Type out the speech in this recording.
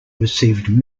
received